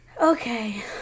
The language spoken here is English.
Okay